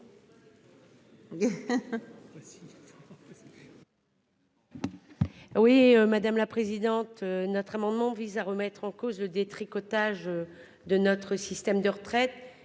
Oui madame la présidente, notre amendement vise à remettre en cause le détricotage. De notre système de retraite.